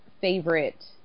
favorite